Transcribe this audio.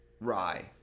rye